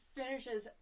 finishes